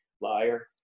liar